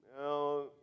No